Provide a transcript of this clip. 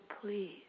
please